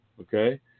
okay